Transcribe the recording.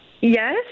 Yes